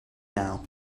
now